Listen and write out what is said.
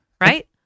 Right